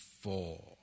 four